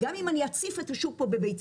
גם אם אני אציף את השוק בביצים,